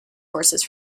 forces